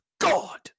God